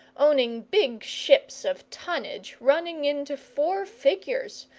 owning big ships of tonnage running into four figures,